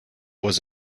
was